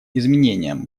изменением